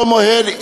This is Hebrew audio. אותו מוהל,